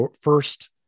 first